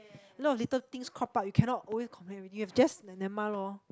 a lot of little things cropped up you cannot always complain everything you have just never mind lor